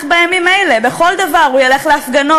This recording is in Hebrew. בימים אלה בכל דבר: הוא ילך להפגנות,